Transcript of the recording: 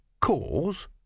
cause